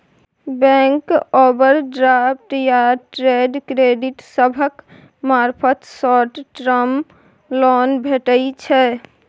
bank overdraft या trade credit सभक मार्फत शॉर्ट टर्म लोन भेटइ छै